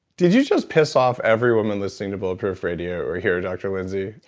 did you just piss off every women listening to bulletproof radio or here, dr lindsey?